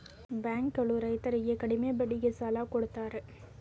bank ಗಳು ರೈತರರ್ಗೆ ಕಡಿಮೆ ಬಡ್ಡಿಗೆ ಸಾಲ ಕೊಡ್ತಾರೆ